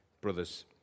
brothers